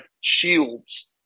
shields